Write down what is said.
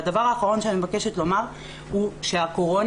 והדבר האחרון שאני מבקשת לומר הוא שהקורונה,